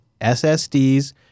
SSDs